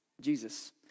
Jesus